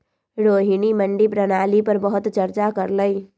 रोहिणी मंडी प्रणाली पर बहुत चर्चा कर लई